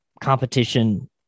competition